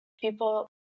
people